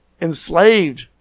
enslaved